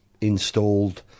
installed